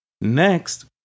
Next